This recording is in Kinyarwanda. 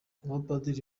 abapadiri